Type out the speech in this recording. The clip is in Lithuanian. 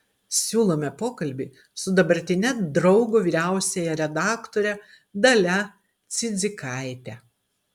siūlome pokalbį su dabartine draugo vyriausiąja redaktore dalia cidzikaite